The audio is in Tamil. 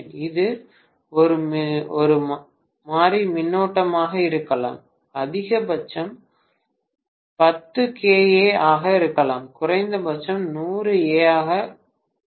இது ஒரு மாறி மின்னோட்டமாக இருக்கலாம் அதிகபட்சம் 10 kA ஆக இருக்கலாம் குறைந்தபட்சம் 100 A ஆக குறைவாக இருக்கலாம்